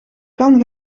kan